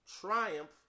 triumph